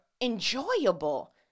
enjoyable